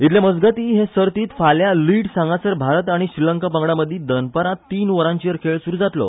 इतले मजगतीं हे सर्तींत फाल्यां लीड्स हांगासर भारत आनी श्रीलंका पंगडां मदीं दनपारां तीन वरांचेर खेळ सुरू जातलो